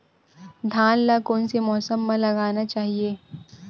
धान ल कोन से मौसम म लगाना चहिए?